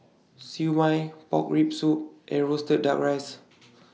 Siew Mai Pork Rib Soup and Roasted Duck Rice